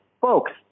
folks